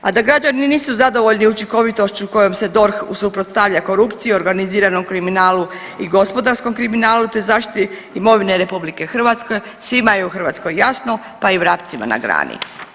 A da građani nisu zadovoljni učinkovitošću kojom se DORH suprotstavlja korupciji i organiziranom kriminalu i gospodarskom kriminalu te zaštiti imovine RH, svima je u Hrvatskoj jasno, pa i vrapcima na grani.